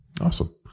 Awesome